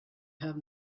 have